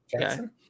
Jackson